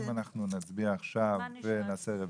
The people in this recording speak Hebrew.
האם אנחנו נצביע עכשיו ונעשה רוויזיה,